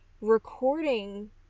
recording